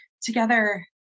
together